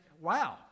wow